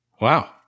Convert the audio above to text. Wow